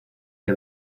que